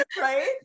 Right